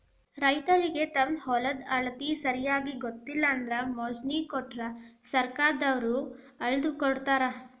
ರೈತರಿಗೆ ತಮ್ಮ ಹೊಲದ ಅಳತಿ ಸರಿಯಾಗಿ ಗೊತ್ತಿಲ್ಲ ಅಂದ್ರ ಮೊಜ್ನಿ ಕೊಟ್ರ ಸರ್ಕಾರದವ್ರ ಅಳ್ದಕೊಡತಾರ